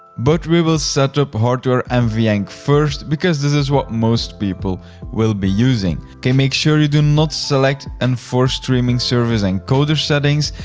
but we will set up hardware nvenc first because this is what most people will be using. make sure you do not select enforced streaming service encoder settings.